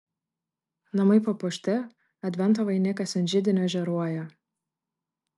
namai papuošti advento vainikas ant židinio žėruoja